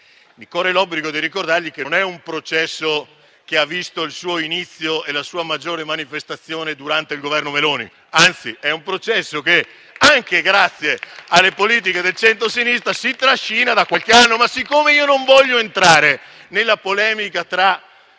Mi corre l'obbligo di ricordargli, però, che non è un processo che ha visto il suo inizio e la sua maggiore manifestazione durante il Governo Meloni, anzi: è un processo che, anche grazie alle politiche del centrosinistra, si trascina da qualche anno. Ma io non voglio entrare nella polemica tra